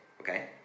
Okay